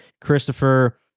Christopher